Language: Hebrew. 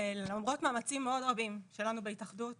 למרות מאמצים מאוד רבים שלנו בהתאחדות